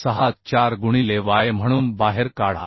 64 गुणिले Y म्हणून बाहेर काढा